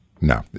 No